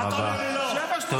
אז אל